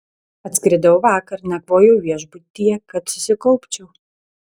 atskridau vakar nakvojau viešbutyje kad susikaupčiau